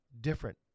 different